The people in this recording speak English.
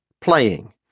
Playing